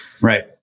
Right